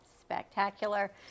spectacular